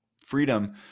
freedom